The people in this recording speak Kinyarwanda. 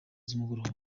z’umugoroba